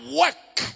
work